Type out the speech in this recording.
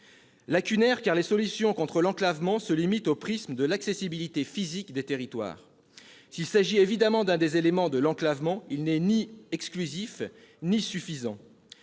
lacunaire, car les solutions contre l'enclavement se limitent au prisme de l'accessibilité physique des territoires. S'il s'agit évidemment d'un des éléments de l'enclavement, celle-ci n'est ni exclusif ni suffisant.